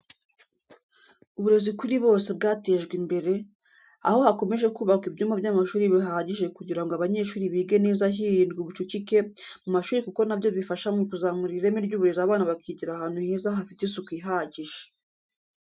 Uburezi kuri bose bwatejwe imbere, aho hakomeje kubakwa ibyumba by'amashuri bihagije kugira ngo abanyeshuri bige neza hirindwa ubucucike mu mashuri kuko na byo bifasha mu kuzamura ireme ry'uburezi abana bakigira ahantu heza hafite isuku ihagije.